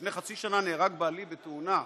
לפני חצי שנה נהרג בעלי בתאונה,